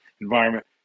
environment